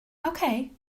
okay